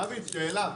דוד, שאלה.